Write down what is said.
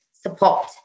support